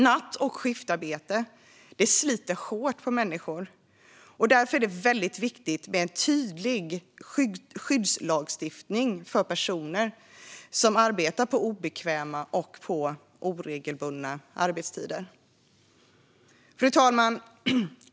Natt och skiftarbete sliter dock hårt på människor, och därför är det väldigt viktigt med en tydlig skyddslagstiftning för personer som arbetar på obekväma och oregelbundna arbetstider. Fru talman!